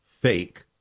fake